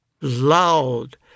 Loud